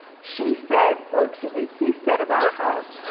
she said, oh excuse me. he said about her,